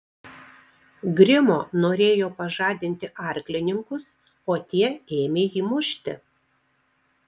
grimo norėjo pažadinti arklininkus o tie ėmė jį mušti